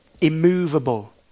Immovable